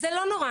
זה לא נורא.